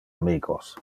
amicos